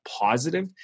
positive